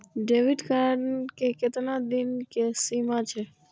Debit card के केतना दिन के सीमा छै?